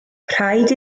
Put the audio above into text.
rhaid